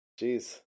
Jeez